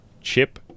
chip